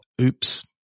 Oops